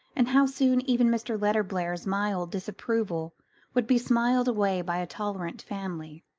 and how soon even mr. letterblair's mild disapproval would be smiled away by a tolerant family.